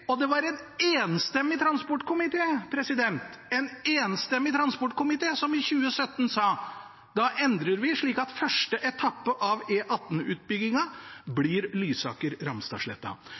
Det var en enstemmig transportkomité som i 2017 sa: Da endrer vi, slik at første etappe av